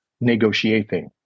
negotiating